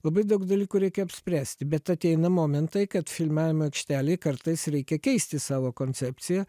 labai daug dalykų reikia apspręsti bet ateina momentai kad filmavimo aikštelėj kartais reikia keisti savo koncepciją